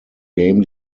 game